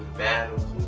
danced